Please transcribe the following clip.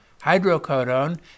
hydrocodone